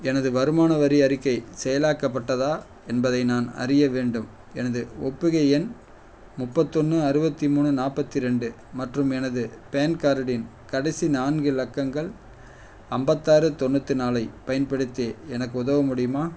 எனது வருமான வரி அறிக்கை செயலாக்கப்பட்டதா என்பதை நான் அறிய வேண்டும் எனது ஒப்புகை எண் முப்பத்தொன்று அறுபத்தி மூணு நாற்பத்தி ரெண்டு மற்றும் எனது பேன் கார்டின் கடைசி நான்கு இலக்கங்கள் ஐம்பத்தாறு தொண்ணூற்றி நாலைப் பயன்படுத்தி எனக்கு உதவ முடியுமா